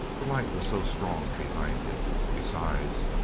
the light was so strong behind him. besides,